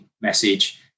message